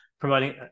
promoting